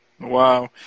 Wow